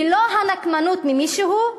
ולא הנקמנות למישהו,